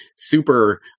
super